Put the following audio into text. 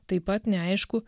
taip pat neaišku